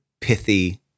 pithy